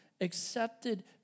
Accepted